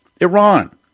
Iran